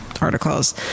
articles